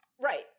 Right